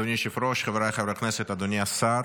אדוני היושב-ראש, חבריי חברי הכנסת, אדוני השר,